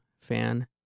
fan